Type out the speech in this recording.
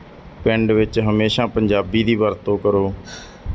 ਪਿੰਡ ਵਿੱਚ ਹਮੇਸ਼ਾ ਪੰਜਾਬੀ ਦੀ ਵਰਤੋਂ ਕਰੋ